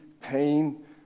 pain